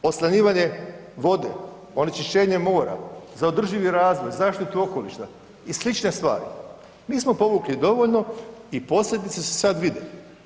Ponovit ću oslanjivanje vode, onečišćenje mora, za održivi razvoj, zaštitu okoliša i slične stvari nismo povukli dovoljno i posljedice se sada vide.